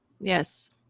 Yes